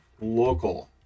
local